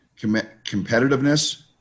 competitiveness